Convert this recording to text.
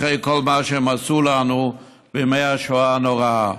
אחרי כל מה שהם עשו לנו בימי השואה הנוראה.